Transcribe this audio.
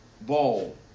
ball